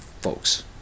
folks